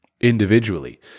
individually